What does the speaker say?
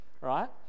right